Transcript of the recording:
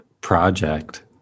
project